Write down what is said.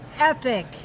epic